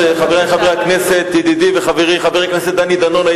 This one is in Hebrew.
חבר הכנסת אילן גילאון.